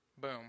boom